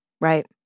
right